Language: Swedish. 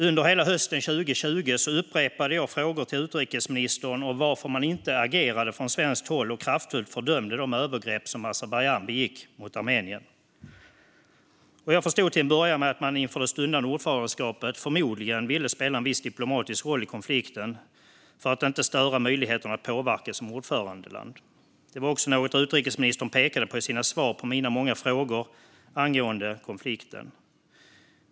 Under hela hösten 2020 upprepade jag frågor till utrikesministern om varför man inte agerade från svenskt håll och kraftfullt fördömde de övergrepp som Azerbajdzjan begick mot Armenien. Jag förstod till en början att man inför det stundande ordförandeskapet förmodligen ville spela en viss diplomatisk roll i konflikten för att inte störa möjligheterna att påverka som ordförandeland. Det var också något som utrikesministern pekade på i sina svar på mina många frågor angående konflikten.